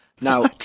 Now